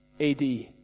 AD